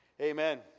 amen